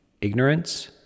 ignorance